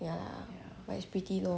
ya but it's pretty loh